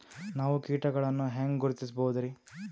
ನಾವು ಕೀಟಗಳನ್ನು ಹೆಂಗ ಗುರುತಿಸಬೋದರಿ?